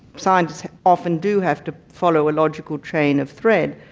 scientists often do have to follow a logical train of thread,